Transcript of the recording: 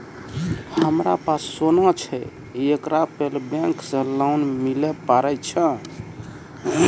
हमारा पास सोना छै येकरा पे बैंक से लोन मिले पारे छै?